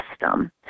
system